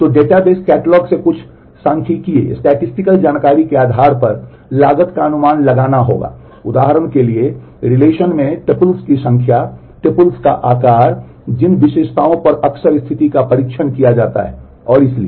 तो database catalogue से कुछ सांख्यिकीय जानकारी के आधार पर लागत का अनुमान लगाना होगा उदाहरण के लिए रिलेशन की संख्या ट्यूपल्स का आकार जिन विशेषताओं पर अक्सर स्थिति का परीक्षण किया जाता है और इसलिए